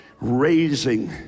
raising